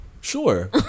sure